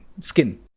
skin